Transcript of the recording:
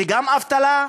גם אבטלה,